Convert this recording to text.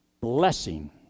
blessing